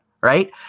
right